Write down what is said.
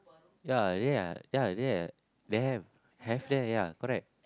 ya ya ya ya they have there ya correct